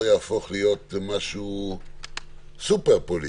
לא יהפוך להיות משהו סופר פוליטי.